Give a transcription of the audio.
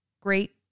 great